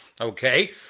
okay